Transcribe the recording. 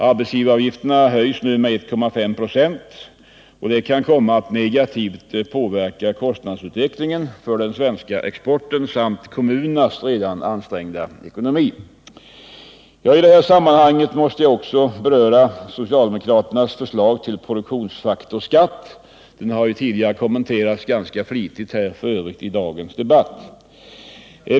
Arbetsgivaravgifterna höjs nu med 1,5 26, vilket kan komma att negativt påverka kostnadsutvecklingen för den svenska exporten samt kommunernas redan ansträngda ekonomi. I detta sammanhang måste jag också beröra socialdemokraternas förslag till produktionsfaktorsskatt. Den har f.ö. kommenterats ganska flitigt tidigare i dagens debatt.